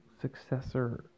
successor